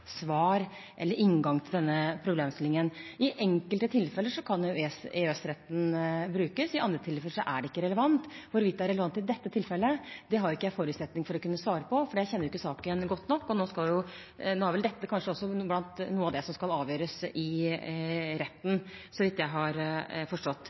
inngang til denne problemstillingen. I enkelte tilfeller kan EØS-retten brukes. I andre tilfeller er det ikke relevant. Hvorvidt det er relevant i dette tilfellet, har jeg ikke noen forutsetning for å kunne svare på, for jeg kjenner ikke saken godt nok. Nå er vel dette noe av det som skal avgjøres i retten, så vidt jeg har forstått.